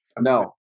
No